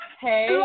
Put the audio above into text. Hey